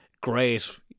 great